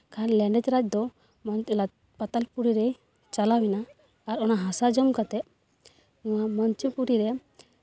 ᱟᱨ ᱞᱮᱸᱰᱮᱛ ᱨᱟᱡᱽ ᱫᱚ ᱯᱟᱛᱟᱞᱯᱩᱨᱤ ᱨᱮ ᱪᱟᱞᱟᱣ ᱮᱱᱟ ᱟᱨ ᱚᱱᱟ ᱦᱟᱥᱟ ᱡᱚᱢ ᱠᱟᱛᱮ ᱢᱚᱧᱪᱚᱯᱩᱨᱤ ᱨᱮ